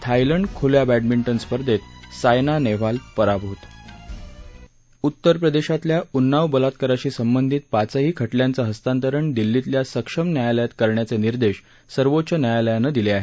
Thailand ख्ल्या badminton स्पर्धेत सायना नेहवाल पराभूत उतर प्रदेशातल्या उन्नाव बलात्काराशी संबंधित पाचही खटल्यांचं हस्तांतरण दिल्लीतल्या सक्षम न्यायालयात करण्याचे निर्देश सर्वोच्च न्यायालयानं दिले आहेत